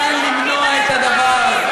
היה ניתן למנוע את הדבר הזה.